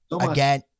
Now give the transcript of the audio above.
again